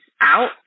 out